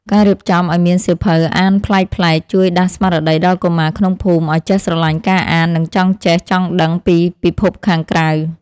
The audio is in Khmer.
ការរៀបចំឱ្យមានសៀវភៅអានប្លែកៗជួយដាស់ស្មារតីដល់កុមារក្នុងភូមិឱ្យចេះស្រឡាញ់ការអាន និងចង់ចេះចង់ដឹងពីពិភពខាងក្រៅ។